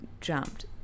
jumped